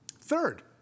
Third